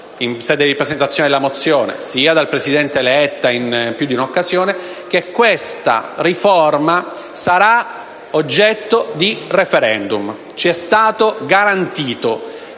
in sede di presentazione della mozione, sia dal presidente Letta in più di un'occasione, che questa riforma sarà oggetto di *referendum*. Ci è stato garantito